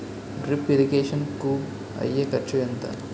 Drip irrigation కూ అయ్యే ఖర్చు ఎంత?